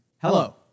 Hello